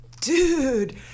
dude